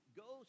go